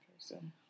person